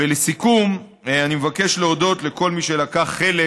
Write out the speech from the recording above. ולסיכום, אני מבקש להודות לכל מי שלקח חלק